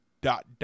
dot